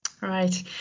Right